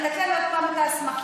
לתת להם עוד פעם את ההסמכה,